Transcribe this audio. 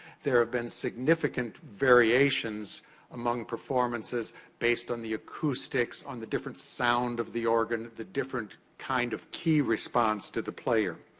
there have been significant variations among performances based on the acoustics, on the different sound of the organ, of the different kind of key response to the player.